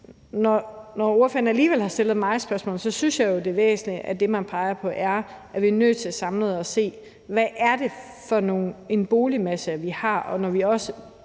Når ordføreren alligevel har stillet mig spørgsmålet, synes jeg jo, det er væsentligt, at det, man peger på, er, at vi er nødt til samlet at se på, hvad det er for en boligmasse, vi har, og at vi også,